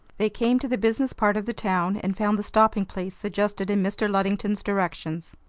they came to the business part of the town, and found the stopping-place suggested in mr. luddington's directions.